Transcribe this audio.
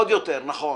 נכון.